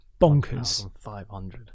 bonkers